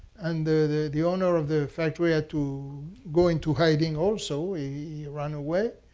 and the the owner of the factory had to go into hiding also. he ran away.